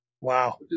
wow